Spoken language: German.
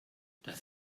dass